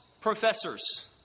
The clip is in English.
professors